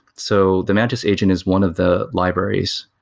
so the mantis agent is one of the libraries,